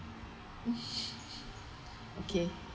okay